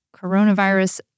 coronavirus